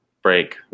Break